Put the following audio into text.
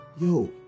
yo